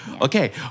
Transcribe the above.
Okay